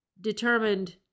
determined